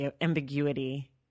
ambiguity